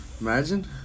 Imagine